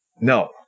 No